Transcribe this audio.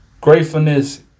Gratefulness